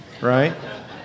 Right